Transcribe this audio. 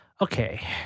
Okay